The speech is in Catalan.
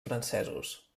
francesos